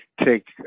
take